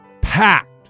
Packed